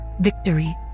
victory